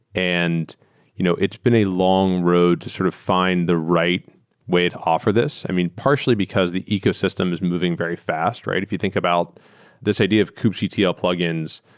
and you know it's been a long road to sort of fi nd the right way to offer this. i mean, partially because the ecosystem is moving very fast, right? if you think about this idea of kubctl ah plug-ins,